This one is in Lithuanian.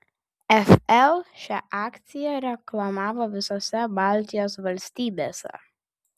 fl šią akciją reklamavo visose baltijos valstybėse